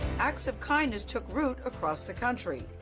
acts of kindness took root across the country.